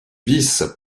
vice